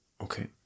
Okay